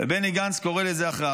ובני גנץ קורא לזה הכרעה.